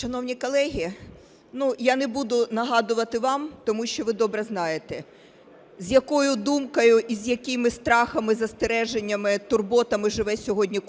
Шановні колеги, я не буду нагадувати вам, тому що ви добре знаєте, з якої думкою і з якими страхами, застереженнями, турботами живе сьогодні